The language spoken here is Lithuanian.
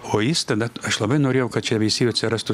o jis tada aš labai norėjau kad čia veisieju atsirastų